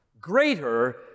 greater